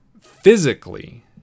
physically